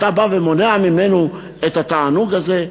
אתה מונע ממנו את התענוג הזה?